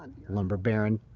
lumber baron,